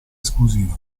esclusiva